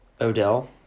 Odell